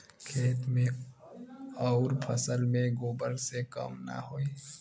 खेत मे अउर फसल मे गोबर से कम ना होई?